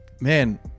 man